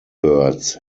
birds